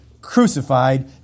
crucified